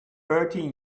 thirty